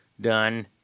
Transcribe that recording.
done